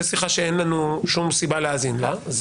זה שיחה שאין לנו שום סיבה להאזין לה,